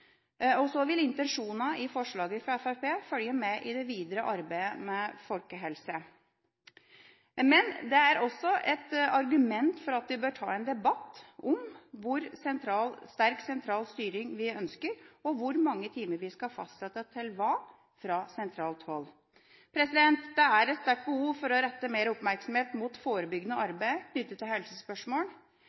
og så vil intensjonene i forslaget fra Fremskrittspartiet følge med i det videre arbeidet med folkehelse. Men det er også et argument for at vi bør ta en debatt om hvor sterk sentral styring vi ønsker, og hvor mange timer vi skal fastsette til hva fra sentralt hold. Det er et sterkt behov for å rette mer oppmerksomhet mot forebyggende arbeid knyttet til helsespørsmål.